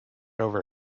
over